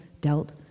dealt